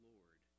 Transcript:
Lord